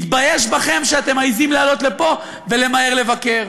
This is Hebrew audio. מתבייש בכם שאתם מעזים לעלות לפה ולמהר לבקר,